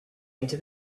into